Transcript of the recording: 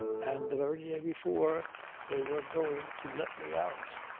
and the very day before they were going to let me out.